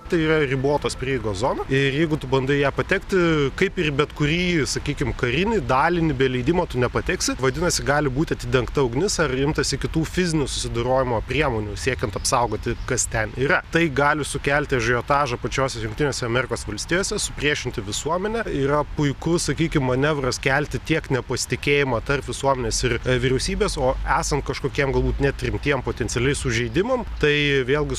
tai yra ribotos prieigos zona ir jeigu tu bandai į ją patekti kaip ir į bet kurį sakykim karinį dalinį be leidimo tu nepateksi vadinasi gali būti atidengta ugnis ar imtasi kitų fizinio susidorojimo priemonių siekiant apsaugoti kas ten yra tai gali sukelti ažiotažą pačiose jungtinėse amerikos valstijose supriešinti visuomenę yra puikus sakykim manevras kelti tiek nepasitikėjimą tarp visuomenės ir vyriausybės o esant kažkokiem galbūt net rimtiem potencialiai sužeidimam tai vėlgi